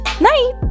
Night